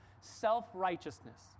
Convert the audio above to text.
self-righteousness